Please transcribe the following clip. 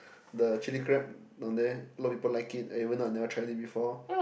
the chilli crab down there a lot of people like it and even though I never tried it before